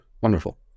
Wonderful